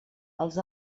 els